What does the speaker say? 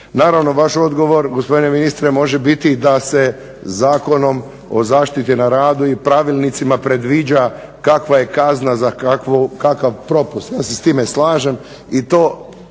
Naravno vaš odgovor gospodine ministre može biti da se Zakonom o zaštiti na radu i pravilnicima predviđa kakva je kazna za kakav propust. Ja se s time slažem i to